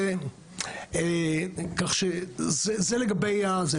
כך שזה לגבי זה.